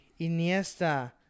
Iniesta